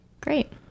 Great